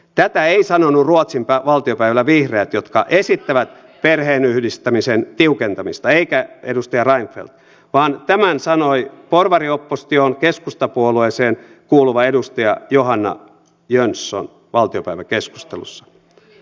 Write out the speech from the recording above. tätä ei sanonut ruotsin valtiopäivillä vihreät jotka esittävät perheenyhdistämisen tiukentamista eikä edustaja reinfeldt vaan tämän sanoi porvarioppositioon keskustapuolueeseen kuuluva edustaja johanna jönsson valtiopäiväkeskustelussa